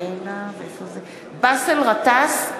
(קוראת בשמות חברי הכנסת) באסל גטאס,